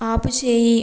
ఆపు చెయ్యి